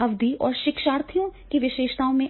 अवधि और शिक्षार्थियों की विशेषताओं में अंतर